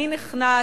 מי נכנס,